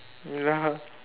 ya